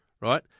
Right